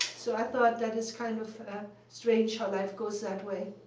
so i thought that is kind of strange how that goes that way.